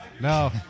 No